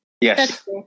Yes